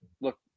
look